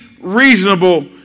reasonable